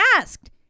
asked